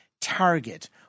Target